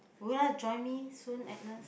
would you like to join me soon Agnes